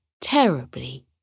terribly